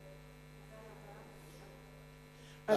בבקשה.